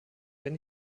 wenn